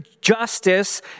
Justice